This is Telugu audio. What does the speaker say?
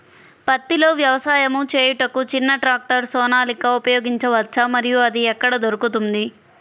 పత్తిలో వ్యవసాయము చేయుటకు చిన్న ట్రాక్టర్ సోనాలిక ఉపయోగించవచ్చా మరియు అది ఎక్కడ దొరుకుతుంది?